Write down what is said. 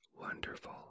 wonderful